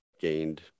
gained